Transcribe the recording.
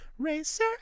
racer